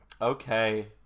Okay